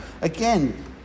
Again